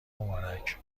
مبارک